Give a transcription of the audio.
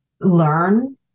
Learn